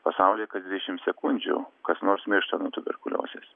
pasaulyje kas dvidešimt sekundžių kas nors miršta nuo tuberkuliozės